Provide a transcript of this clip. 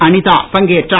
அனிதா பங்கேற்றார்